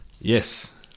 yes